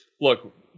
look